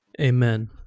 Amen